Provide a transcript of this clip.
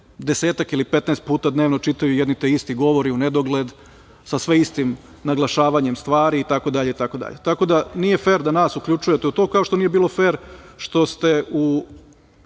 desetak ili 15 puta dnevno čitaju jedni te isti govori unedogled, sa sve istim naglašavanjem stvari itd. Tako da, nije fer da nas uključujete u to, kao što nije bilo fer što ste u